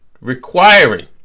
Requiring